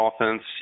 offense